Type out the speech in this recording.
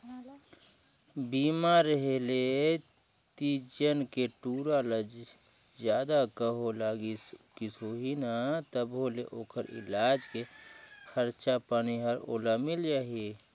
बीमा रेहे ले तीजन के टूरा ल जादा कहों लागिस उगिस होही न तभों ले ओखर इलाज के खरचा पानी हर ओला मिल जाही